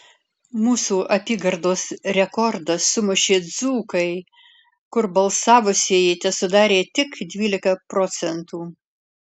mūsų apygardos rekordą sumušė dzūkai kur balsavusieji tesudarė tik dvylika procentų